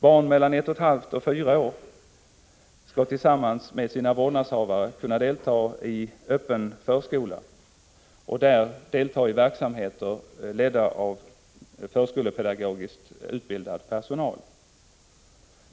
Barn mellan ett och ett halvt och fyra år skall tillsammans med sina vårdnadshavare kunna gå i öppen förskola och där delta i verksamheter ledda av förskolepedagogiskt utbildad personal.